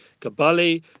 Gabali